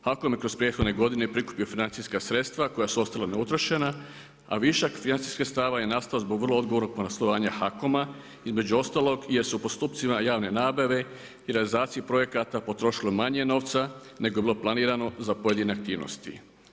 HAKOM je kroz prethodne godine prikupio financijska sredstva koja su ostala neutrošena, a višak financijskog sredstava je nastao zbog vrlo odgovornog poslovanja HAKOM-a, između ostalog jer su postupcima javne nabave i realizaciji projekata potrošilo manje novca nego je bilo planirano za pojedine aktivnosti.